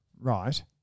Right